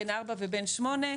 בן 4 ובן 8,